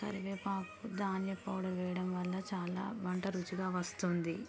కరివేపాకు ధనియ పౌడర్ వేయడం వల్ల చాలా వంట రుచిగా వస్తుంది